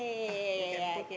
uh you can put